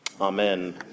Amen